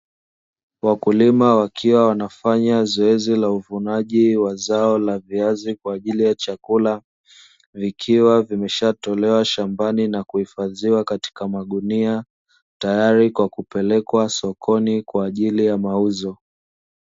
Wakulima wakiwa wanafanya zoezi la uvunaji wa zao la viazi kwa ajili ya chakula. Vikiwa vimeshatolewa shambani na kuhifadhiwa katika magunia, tayari kwa kupelekwa sokoni kwa ajili ya mauzo.